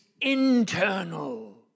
internal